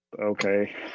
okay